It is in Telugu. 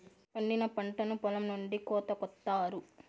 పండిన పంటను పొలం నుండి కోత కొత్తారు